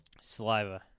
Saliva